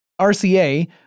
RCA